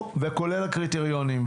כולל הקריטריונים.